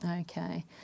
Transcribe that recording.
Okay